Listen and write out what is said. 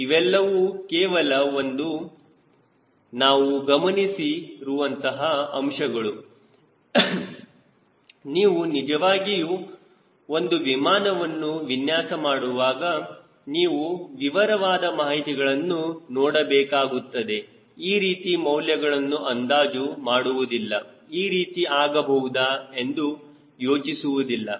ಇವೆಲ್ಲವೂ ಕೇವಲ ನಾವು ಗಮನಿಸಿ ರುವಂತಹ ಅಂಶಗಳು ನೀವು ನಿಜವಾಗಿಯೂ ಒಂದು ವಿಮಾನವನ್ನು ವಿನ್ಯಾಸ ಮಾಡುವಾಗ ನೀವು ವಿವರವಾದ ಮಾಹಿತಿಗಳನ್ನು ನೋಡಬೇಕಾಗುತ್ತದೆ ಈ ರೀತಿ ಮೌಲ್ಯಗಳನ್ನು ಅಂದಾಜು ಮಾಡುವುದಿಲ್ಲ ಈ ರೀತಿ ಆಗಬಹುದಾ ಎಂದು ಯೋಚಿಸುವುದಿಲ್ಲ